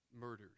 murders